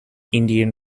indian